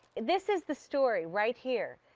this is the story right here.